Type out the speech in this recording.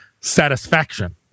satisfaction